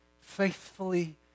faithfully